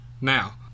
Now